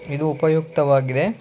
ಇದು ಉಪಯುಕ್ತವಾಗಿದೆ